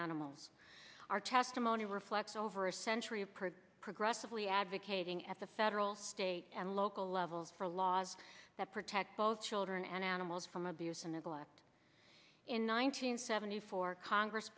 animals our testimony reflects over a century of perth progressively advocating at the federal state and local level for laws that protect both children and animals from abuse and neglect in nine hundred seventy four congress